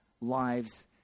lives